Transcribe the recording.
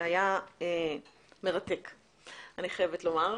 היה מרתק אני חייבת לומר.